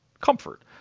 comfort